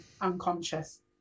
unconscious